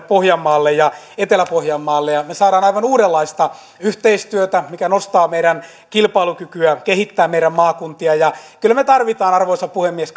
pohjanmaalle ja etelä pohjanmaalle ja me saamme aivan uudenlaista yhteistyötä mikä nostaa meidän kilpailukykyämme kehittää meidän maakuntiamme ja kyllä me tarvitsemme arvoisa puhemies